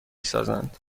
سازند